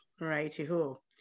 righty-ho